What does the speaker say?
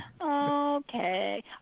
Okay